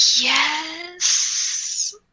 Yes